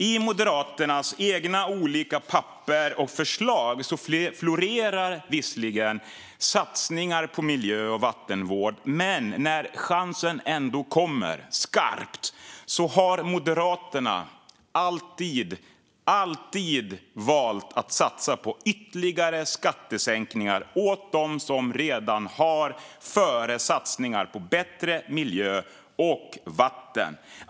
I Moderaternas egna papper och förslag florerar visserligen satsningar på miljö och vattenvård, men när chansen kommer skarpt har Moderaterna ändå alltid valt att satsa på ytterligare skattesänkningar för dem som redan har framför satsningar på bättre miljö och vatten.